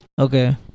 okay